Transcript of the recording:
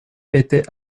était